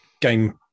Game